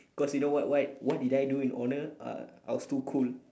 because you know what why what did I do in honour uh I was too cool